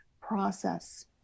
process